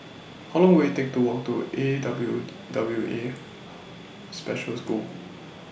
How Long Will IT Take to Walk to A W W A Special School